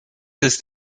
ist